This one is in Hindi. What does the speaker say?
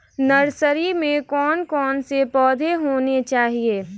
नर्सरी में कौन कौन से पौधे होने चाहिए?